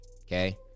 okay